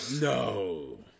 No